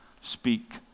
speak